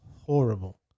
Horrible